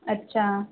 अच्छा